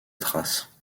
trace